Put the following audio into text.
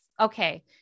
okay